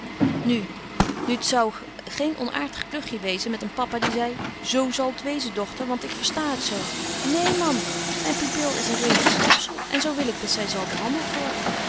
nu nu t zou geen onaartig klugtje wezen met een papa die zei zo zal t wezen dochter want ik versta het zo neen man myn pupil is een redelyk schepzel en zo wil ik dat zy zal behandelt worden